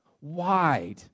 wide